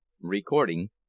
Recording